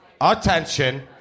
Attention